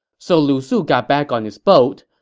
so lu su got back on his boat.